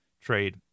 trade